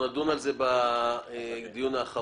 אנחנו נדון על זה בדיון האחרון.